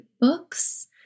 books